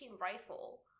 rifle